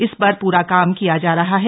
इस पर प्रा काम किया जा रहा है